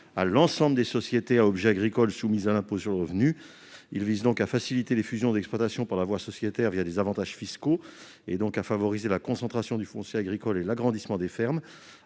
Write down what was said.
à l'ensemble des sociétés à objet agricole soumises à l'impôt sur le revenu. Il vise donc à faciliter les fusions d'exploitations par la voie sociétaire des avantages fiscaux, ce qui semble favoriser la concentration du foncier agricole et l'agrandissement des fermes,